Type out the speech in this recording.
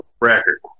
record